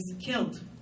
killed